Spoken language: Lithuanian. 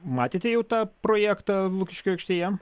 matėte jau tą projektą lukiškių aikštėje